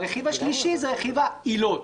הרכיב השלישי זה רכיב העילות